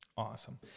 Awesome